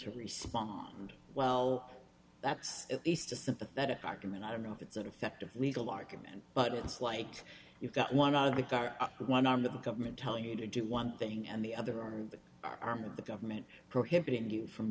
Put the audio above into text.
to respond well that's at least a sympathetic argument i don't know if it's an effective legal argument but it's like you've got one out of the car one arm the government telling you to do one thing and the other on the arm of the government prohibiting you from